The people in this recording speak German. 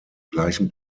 gleichen